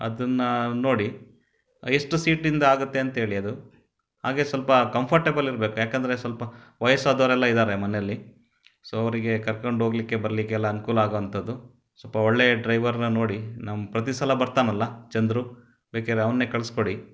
ಅದನ್ನು ನೋಡಿ ಎಷ್ಟು ಸೀಟಿಂದು ಆಗುತ್ತೆ ಅಂತೇಳಿ ಅದು ಹಾಗೇ ಸ್ವಲ್ಪ ಕಂಫರ್ಟೇಬಲ್ ಇರ್ಬೇಕು ಯಾಕಂದರೆ ಸ್ವಲ್ಪ ವಯಸ್ಸಾದವರೆಲ್ಲ ಇದ್ದಾರೆ ಮನೆಯಲ್ಲಿ ಸೊ ಅವರಿಗೆ ಕರ್ಕಂಡು ಹೋಗಲಿಕ್ಕೆ ಬರಲಿಕ್ಕೆಲ್ಲ ಅನುಕೂಲ ಆಗೋಂಥದ್ದು ಸ್ವಲ್ಪ ಒಳ್ಳೆಯ ಡ್ರೈವರ್ನ ನೋಡಿ ನಮ್ಮ ಪ್ರತಿ ಸಲ ಬರ್ತಾನಲ್ಲ ಚಂದ್ರು ಬೇಕಿರೆ ಅವನ್ನೇ ಕಳ್ಸಿಕೊಡಿ